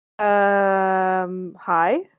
Hi